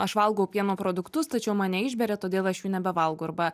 aš valgau pieno produktus tačiau mane išberia todėl aš jų nebevalgau arba